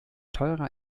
teurer